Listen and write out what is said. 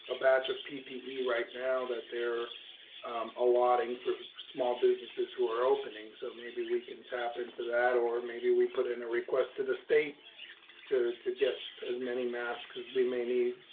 ah batch of ppe right now that they're allotting for small businesses who are opening. so maybe we can tap into that. or maybe we put in a request to the state to to get as many masks cause we may need.